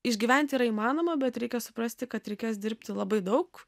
išgyventi yra įmanoma bet reikia suprasti kad reikės dirbti labai daug